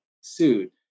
sued